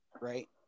right